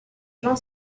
jean